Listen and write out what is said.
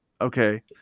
okay